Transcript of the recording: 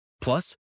Plus